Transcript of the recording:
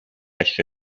esce